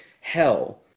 hell